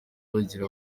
bagira